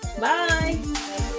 bye